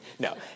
No